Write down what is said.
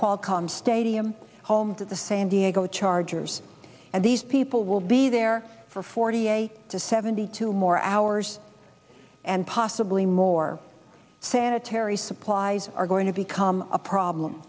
qualcomm stadium home to the san diego chargers and these people will be there for forty eight to seventy two more hours and possibly more sanitary supplies are going to become a problem